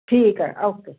ਠੀਕ ਆ ਓਕੇ